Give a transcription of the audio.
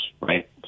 right